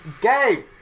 Gay